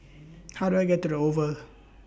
How Do I get to The Oval